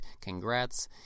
congrats